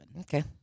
Okay